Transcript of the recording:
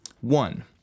One